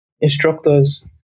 instructors